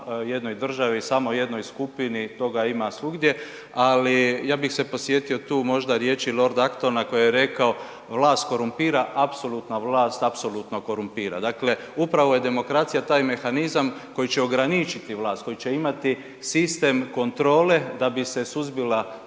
jednoj državi, samo jednoj skupini, toga ima svugdje. Ali ja bih se podsjetio tu možda riječi Lord Aktona koji je rekao „vlast korumpira, apsolutna vlast apsolutno korumpira“. Dakle, upravo je demokracija taj mehanizam koji će ograničiti vlast, koji će imati sistem kontrole da bi se suzbila